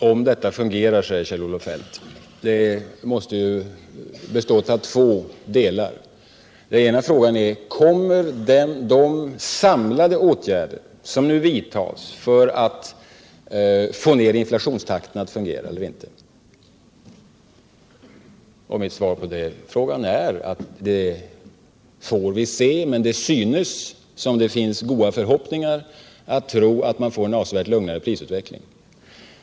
Herr talman! Kjell-Olof Feldt frågar om systemet fungerar. Frågan består av två delar. Den ena är: Kommer de samlade åtgärder som nu vidtas för att få ned inflationstakten att ge resultat? Mitt svar på den frågan är att det får vi se, men det synes som om man kan hysa goda förhoppningar om en lugnare prisutveckling.